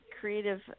creative